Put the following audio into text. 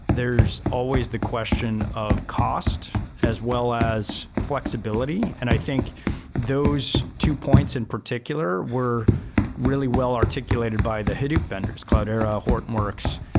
there's always the question of cost as well as fl exibility, and i think those two points in particular were really well articulated by the hadoop vendors cloudera, hortonworks,